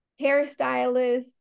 hairstylists